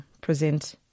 present